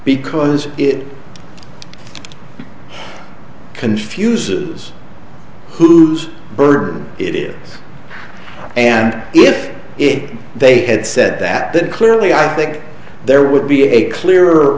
because it confuses whose bird it is and if it they had said that that clearly i think there would be a clear